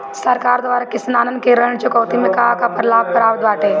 सरकार द्वारा किसानन के ऋण चुकौती में का का लाभ प्राप्त बाटे?